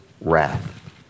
wrath